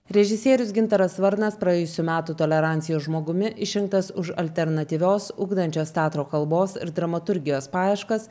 režisierius gintaras varnas praėjusių metų tolerancijos žmogumi išrinktas už alternatyvios ugdančios teatro kalbos ir dramaturgijos paieškas